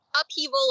upheaval